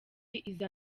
iza